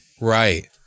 Right